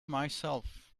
myself